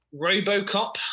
robocop